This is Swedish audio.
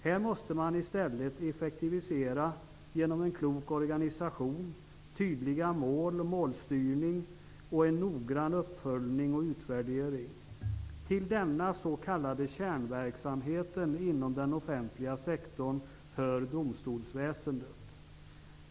Här måste man i stället effektivisera genom en klok organisation, tydliga mål, målstyrning och en noggrann uppföljning och utvärdering. Till denna s.k. kärnverksamhet inom den offentliga sektorn hör domstolsväsendet.